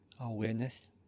awareness